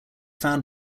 found